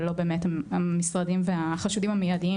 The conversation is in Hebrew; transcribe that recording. ולא באמת המשרדים וה"חשודים המיידים",